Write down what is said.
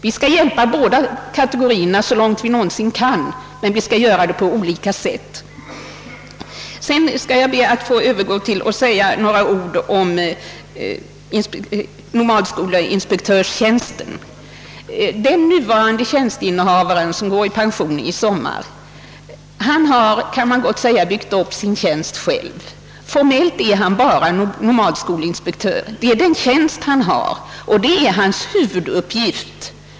Vi skall hjälpa båda kategorierna så långt vi någonsin kan, men vi skall göra det på olika sätt. Jag skall sedan säga några ord om nomadskolinspektören. Den nuvarande tjänsteinnehavaren, som går i pension i sommar, har — kan man gott säga — byggt upp sin tjänst själv. Formellt är han bara nomadskolinspektör; det är den tjänsten han innehar, och det är hans huvuduppgift.